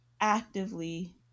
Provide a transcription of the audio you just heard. actively